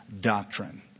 doctrine